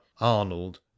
Arnold